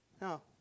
No